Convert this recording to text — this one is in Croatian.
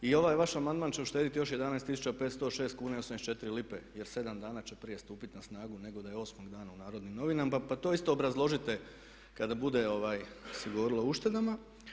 I ovaj vaš amandman će uštedjeti još 11506 kuna i 84 lipe jer 7 dana će prije stupiti na snagu nego da je 8.-og dana u narodnim novinama pa to isto obrazložite kada bude se govorilo o uštedama.